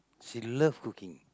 she love cooking